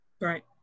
right